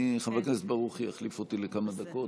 יושב-ראש ועדת הכנסת התקבלה ואושרה.